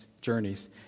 journeys